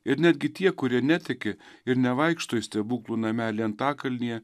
ir netgi tie kurie netiki ir nevaikšto į stebuklų namelį antakalnyje